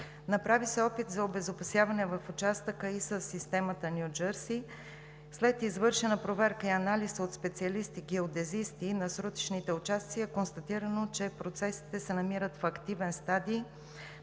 Направи се опит за обезопасяване в участъка и със системата „Ню Джърси“. След извършена проверка и анализ от специалисти геодезисти на срутищните участъци е констатирано, че процесите се намират в активен стадий